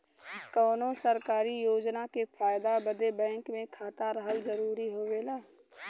कौनो सरकारी योजना के फायदा बदे बैंक मे खाता रहल जरूरी हवे का?